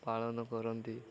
ପାଳନ କରନ୍ତି